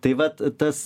tai vat tas